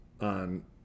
on